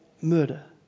murder